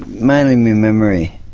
mainly my memory,